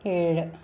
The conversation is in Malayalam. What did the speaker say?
ഏഴ്